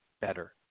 better